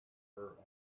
her